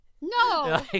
No